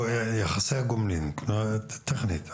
אני שואל על יחסי הגומלין, טכנית.